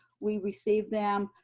we received them,